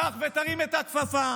קח ותרים את הכפפה,